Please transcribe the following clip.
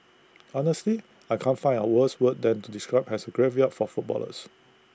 honesty I can't find A worse word than to describe as A graveyard for footballers